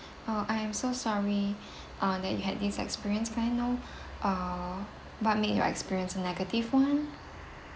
oh I am so sorry uh that you had this experience may I know uh what made your experience negative one